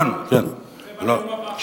זה בנאום הבא, חמשת המ"מים.